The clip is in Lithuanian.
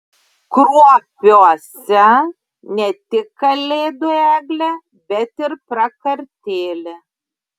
kruopiuose ne tik kalėdų eglė bet ir prakartėlė